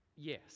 Yes